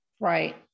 Right